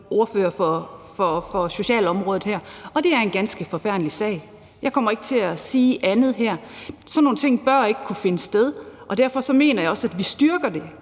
ordfører på socialområdet her, og det er, at det er en ganske forfærdelig sag. Jeg kommer ikke til at sige andet her. Sådan nogle ting bør ikke kunne finde sted, og derfor mener jeg også, at vi styrker det